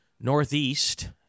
Northeast